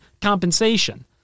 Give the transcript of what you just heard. compensation